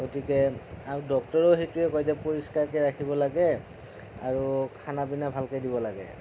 গতিকে আৰু ডক্টৰেও সেইটোৱে কয় যে পৰিষ্কাৰকৈ ৰাখিব লাগে আৰু খানা পিনা ভালকৈ দিব লাগে